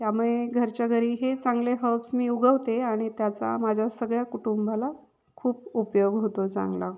त्यामुळे घरच्याघरी हे चांगले हर्ब्स मी उगवते आणि त्याचा माझ्या सगळ्या कुटुंबाला खूप उपयोग होतो चांगला